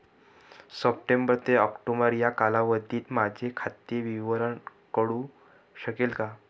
September ते October या कालावधीतील माझे खाते विवरण कळू शकेल का?